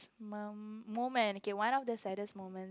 ~dest moment okay one of the saddest moment